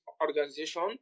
organization